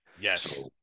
Yes